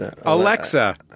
Alexa